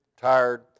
tired